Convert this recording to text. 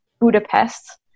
Budapest